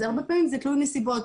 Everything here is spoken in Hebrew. אז זה הרבה פעמים תלוי נסיבות.